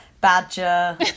Badger